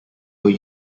will